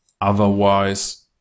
Otherwise